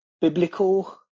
biblical